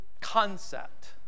concept